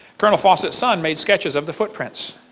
colonel fawcett's son made sketches of the foot prints.